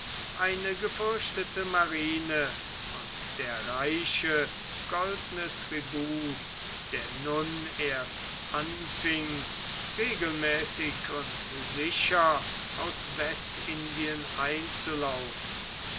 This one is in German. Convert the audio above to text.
eine gefürchtete marine und der reiche goldne tribut der nun erst anfing regelmäßig und sicher aus westindien einzulaufen